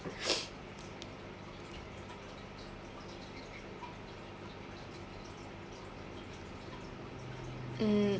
um